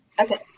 Okay